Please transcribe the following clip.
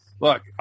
look